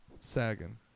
Sagan